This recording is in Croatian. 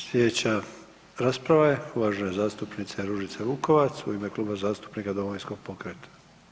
Slijedeća rasprava je uvažene zastupnice Ružice Vukovac u ime Kluba zastupnika Domovinskog pokreta.